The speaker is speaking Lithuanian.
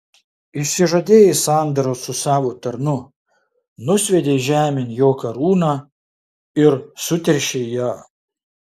išsižadėjai sandoros su savo tarnu nusviedei žemėn jo karūną ir suteršei ją